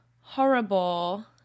horrible